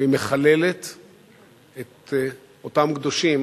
והיא מחללת את אותם קדושים